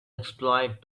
exploit